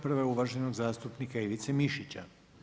Prva je uvaženog zastupnika Ivice Mišića.